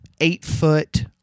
eight-foot